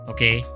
Okay